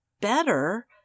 better